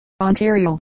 Ontario